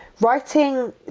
Writing